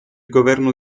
governo